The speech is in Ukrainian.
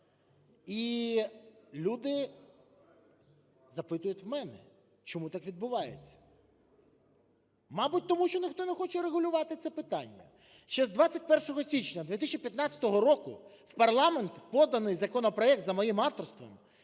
І люди запитують в мене: чому так відбувається? Мабуть, тому, що ніхто не хоче регулювати це питання. Ще з 21 січня 2015 року в парламент поданий законопроект за моїм авторством,